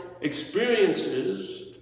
experiences